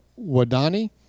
Wadani